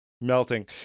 Melting